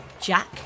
Jack